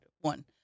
one